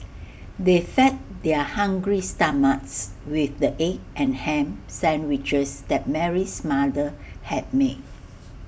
they fed their hungry stomachs with the egg and Ham Sandwiches that Mary's mother had made